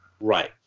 Right